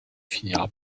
finira